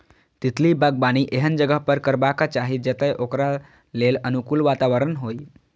तितली बागबानी एहन जगह पर करबाक चाही, जतय ओकरा लेल अनुकूल वातावरण होइ